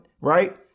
right